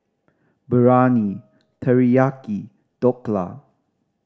Biryani Teriyaki Dhokla